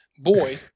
boy